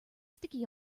sticky